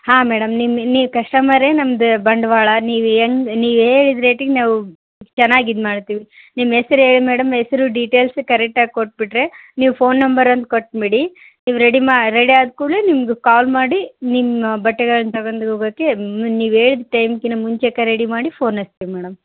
ಹಾಂ ಮೇಡಮ್ ನಿಮ್ಮ ನೀವು ಕಸ್ಟಮರ್ರೇ ನಮ್ದು ಬಂಡವಾಳ ನೀವು ಹೆಂಗ್ ನೀವು ಹೇಳಿದ ರೇಟಿಗೆ ನಾವು ಚೆನ್ನಾಗಿ ಇದು ಮಾಡ್ತೀವಿ ನಿಮ್ಮ ಹೆಸ್ರ್ ಹೇಳಿ ಮೇಡಮ್ ಹೆಸ್ರು ಡೀಟೇಲ್ಸ್ ಕರೆಕ್ಟ್ ಆಗಿ ಕೊಟ್ಟುಬಿಟ್ರೆ ನೀವು ಫೋನ್ ನಂಬರ್ ಒಂದು ಕೊಟ್ಬಿಡಿ ಇವು ರೆಡಿ ಮಾ ರೆಡಿ ಆದ ಕೂಡಲೇ ನಿಮ್ಗೆ ಕಾಲ್ ಮಾಡಿ ನಿಮ್ಮ ಬಟ್ಟೆಗಳ್ನ ತಗೊಂಡ್ ಹೋಗೋಕ್ಕೆ ನೀವು ಹೇಳಿದ ಟೈಮ್ಕಿಂತ ಮುಂಚೆ ರೆಡಿ ಮಾಡಿ ಫೋನ್ ಹಚ್ತಿವ್ ಮೇಡಮ್